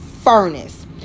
furnace